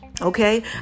Okay